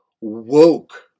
woke